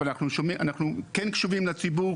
אבל אנחנו כן קשובים לציבור,